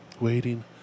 Waiting